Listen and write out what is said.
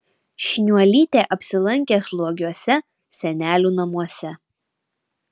šniuolytė apsilankė slogiuose senelių namuose